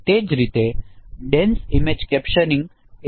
એ જ રીતે dense image captioning તે પણ વધુ જટિલ છે